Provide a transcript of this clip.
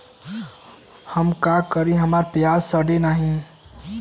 हम का करी हमार प्याज सड़ें नाही?